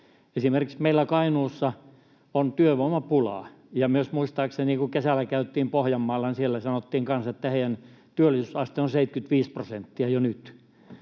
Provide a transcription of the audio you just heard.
Esimerkiksi meillä Kainuussa on työvoimapulaa, ja muistaakseni myös, kun kesällä käytiin Pohjanmaalla, siellä sanottiin kanssa, että heidän työllisyysasteensa on 75 prosenttia jo nyt.